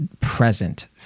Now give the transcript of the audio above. present